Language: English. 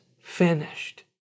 finished